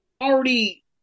already